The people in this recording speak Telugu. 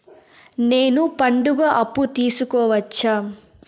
నేను పండుగ అప్పు తీసుకోవచ్చా?